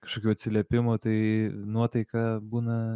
kažkokių atsiliepimų tai nuotaika būna